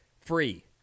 free